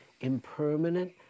impermanent